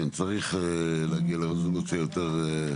כן, צריך להגיע לרזולוציה יותר.